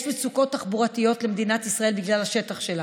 יש מצוקות תחבורתיות למדינת ישראל בגלל השטח שלה.